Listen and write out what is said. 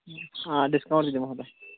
آ ڈِسکاوُنٛٹ تہِ دِمو تۄہہِ